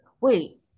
Wait